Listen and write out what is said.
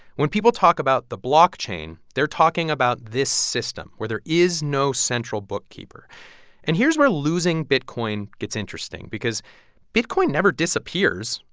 when people talk about the blockchain, they're talking about this system where there is no central bookkeeper and here's where losing bitcoin gets interesting because bitcoin never disappears.